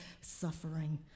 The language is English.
suffering